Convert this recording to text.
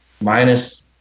minus